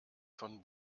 von